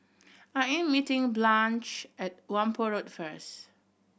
I am meeting Blanche at Whampoa Road first